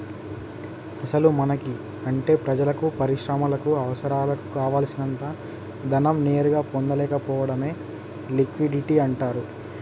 అసలు మనకి అంటే ప్రజలకు పరిశ్రమలకు అవసరాలకు కావాల్సినంత ధనం నేరుగా పొందలేకపోవడమే లిక్విడిటీ అంటారు